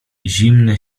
zimne